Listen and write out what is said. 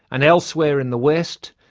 and elsewhere in the west,